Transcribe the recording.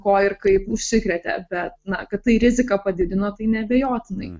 ko ir kaip užsikrėtė bet na kad tai riziką padidino tai neabejotinai